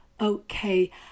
Okay